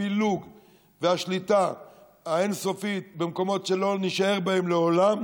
הפילוג והשליטה האין-סופית במקומות שלא נישאר בהם לעולם,